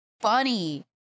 funny